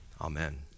Amen